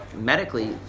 medically